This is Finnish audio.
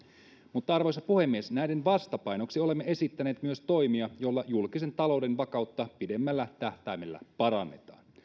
mutta arvoisa puhemies näiden vastapainoksi olemme esittäneet myös toimia joilla julkisen talouden vakautta parannetaan pidemmällä tähtäimellä